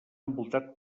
envoltat